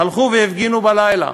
הלכו והפגינו בלילה.